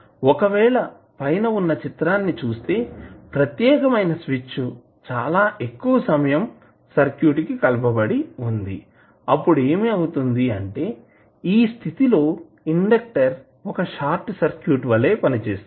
ఒకవేళ పైన ఉన్న చిత్రాన్ని చుస్తే ప్రత్యేకమైన స్విచ్ చాలా ఎక్కువ సమయం సర్క్యూట్ కి కలపబడి ఉంది అప్పుడు ఏమి అవుతుంది ఈ స్థితిలో ఇండక్టర్ ఒక షార్ట్ సర్క్యూట్ వలె పనిచేస్తుంది